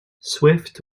swift